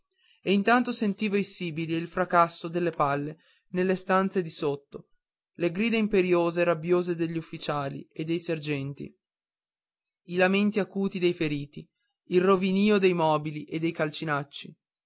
e intanto sentiva i sibili e il fracasso delle palle nelle stanze di sotto le grida imperiose e rabbiose degli ufficiali e dei sergenti i lamenti acuti dei feriti il rovinìo dei mobili e dei calcinacci